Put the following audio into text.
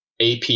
AP